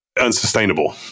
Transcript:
unsustainable